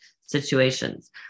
situations